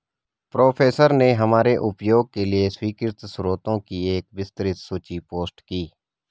professor ने हमारे उपयोग के लिए स्वीकृत स्रोतों की एक विस्तृत सूची पोस्ट की